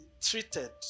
treated